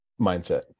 mindset